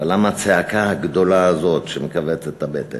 אבל למה הצעקה הגדולה הזאת שמכווצת את הבטן.